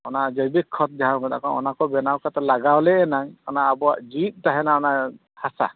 ᱚᱱᱟ ᱡᱚᱭᱵᱤᱠ ᱠᱷᱚᱛ ᱡᱟᱦᱟᱸ ᱠᱚ ᱢᱮᱛᱟᱜ ᱠᱟᱱᱟ ᱚᱱᱟ ᱠᱚ ᱵᱮᱱᱟᱣ ᱠᱟᱛᱮᱫ ᱞᱟᱜᱟᱣ ᱞᱮ ᱱᱟᱝ ᱚᱱᱟ ᱟᱵᱚᱣᱟᱜ ᱡᱤᱣᱤᱫ ᱛᱟᱦᱮᱱᱟ ᱚᱱᱟ ᱦᱟᱥᱟ